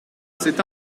c’est